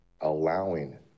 allowing